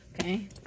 okay